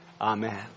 Amen